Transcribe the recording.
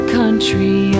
country